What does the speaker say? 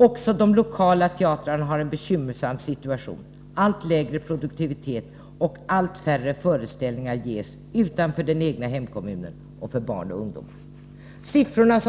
Också de lokala teatrarna har en bekymmersam situation — allt lägre ”produktivitet” och allt färre föreställningar ges utanför den egna hemkommunen och för barn och ungdomar.” Siffrorna